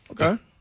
Okay